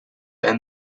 end